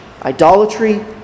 idolatry